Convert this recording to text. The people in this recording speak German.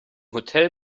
hotel